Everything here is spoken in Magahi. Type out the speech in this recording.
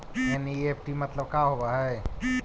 एन.ई.एफ.टी मतलब का होब हई?